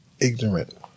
ignorant